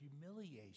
humiliation